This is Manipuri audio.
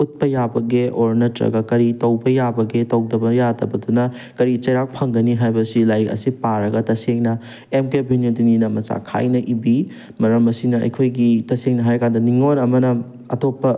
ꯎꯠꯄ ꯌꯥꯕꯒꯦ ꯑꯣꯔ ꯅꯠꯇ꯭ꯔꯒ ꯀꯔꯤ ꯇꯧꯕ ꯌꯥꯕꯒꯦ ꯇꯧꯗꯕ ꯌꯥꯗꯕꯗꯨꯅ ꯀꯔꯤ ꯆꯩꯔꯥꯛ ꯐꯪꯒꯅꯤ ꯍꯥꯏꯕꯁꯤ ꯂꯥꯏꯔꯤꯛ ꯑꯁꯤ ꯄꯥꯔꯒ ꯇꯁꯦꯡꯅ ꯑꯦꯝ ꯀꯦ ꯕꯤꯅꯣꯗꯤꯅꯤꯅ ꯃꯆꯥ ꯈꯥꯏꯅ ꯏꯕꯤ ꯃꯔꯝ ꯑꯁꯤꯅ ꯑꯩꯈꯣꯏꯒꯤ ꯇꯁꯦꯡꯅ ꯍꯥꯏꯔꯀꯥꯟꯗ ꯅꯤꯉꯣꯜ ꯑꯃꯅ ꯑꯇꯣꯞꯄ